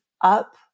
up